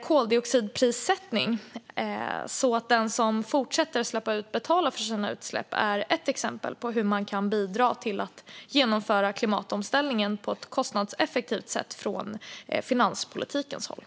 Koldioxidprissättning, som innebär att den som fortsätter släppa ut betalar för sina utsläpp, är ett exempel på hur man kan bidra till att genomföra klimatomställningen på ett kostnadseffektivt sätt från finanspolitikens håll.